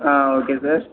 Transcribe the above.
ah okay sir